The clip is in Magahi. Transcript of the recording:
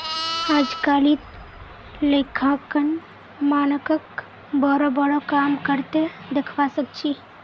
अजकालित लेखांकन मानकक बोरो बोरो काम कर त दखवा सख छि